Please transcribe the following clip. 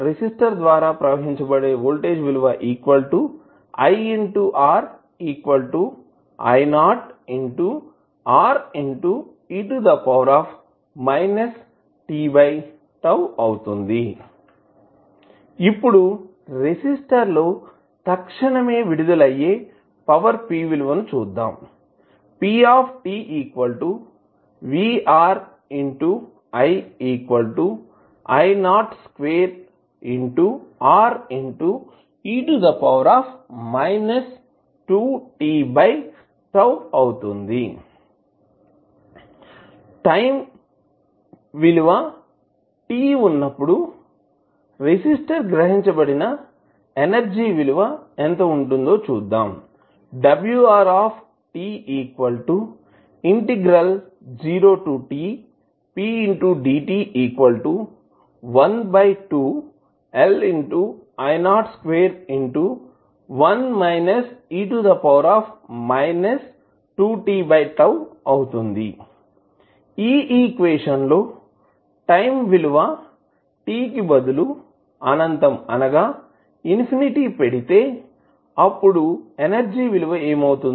resistor ద్వారా ప్రవహించే voltage విలువ అవుతుంది ఇప్పుడు రెసిస్టర్ లో తక్షణమే విడుదల అయ్యే పవర్ P విలువ అవుతుంది టైం విలువ t వున్నప్పుడు రెసిస్టర్ గ్రహించబడిన ఎనర్జీ విలువ అవుతుంది ఈ ఈక్వేషన్ లో టైం విలువ t కి బదులు అనంతం అయితే అప్పుడు ఎనర్జీ విలువ అవుతుంది